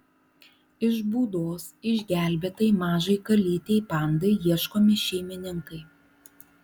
iš būdos išgelbėtai mažai kalytei pandai ieškomi šeimininkai